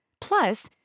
Plus